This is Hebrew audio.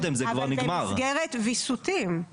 אבל במסגרת ויסותים.